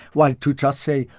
while to just say,